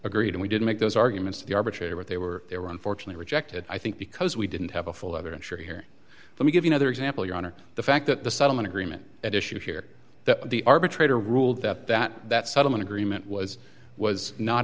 agreed and we did make those arguments to the arbitrator but they were they were unfortunately rejected i think because we didn't have a full other i'm sure here let me give you another example your honor the fact that the settlement agreement at issue here that the arbitrator ruled that that that settlement agreement was was not